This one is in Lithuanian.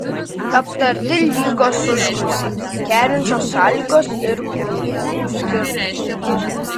aptarti lygos užkulisiai kerinčios sąlygos ir kultūrų skirtumai